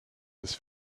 his